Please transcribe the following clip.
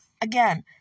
again